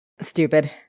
stupid